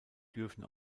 dürfen